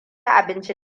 abinci